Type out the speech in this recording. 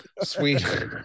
Sweet